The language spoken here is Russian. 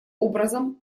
образом